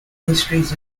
histories